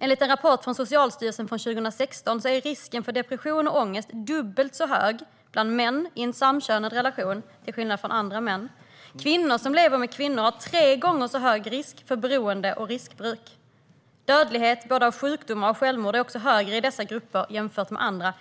Enligt en rapport från Socialstyrelsen från 2016 är risken för depression och ångest dubbelt så hög bland män i samkönade relationer jämfört med andra män. Kvinnor som lever med kvinnor har tre gånger så hög risk för beroende och riskbruk. Dödlighet av sjukdomar och självmord är också högre i dessa grupper jämfört med andra.